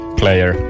player